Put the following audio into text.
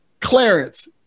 Clarence